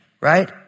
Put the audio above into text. right